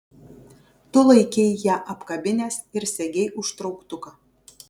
tu laikei ją apkabinęs ir segei užtrauktuką